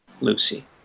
Lucy